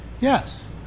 yes